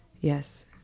Yes